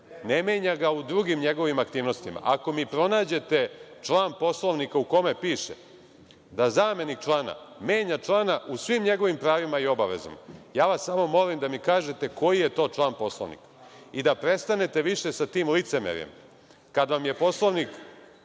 ne menja ga u drugim njegovim aktivnostima. Ako mi pronađete član Poslovnika u kome piše da zamenik člana menja člana u svim njegovim pravima i obavezama, ja vas samo molim da mi kažete koji je to član Poslovnika i da prestane više sa tim licemerjem - kada se pozivate